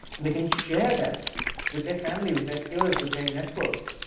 and the can share them with their families, with their peers, with their networks,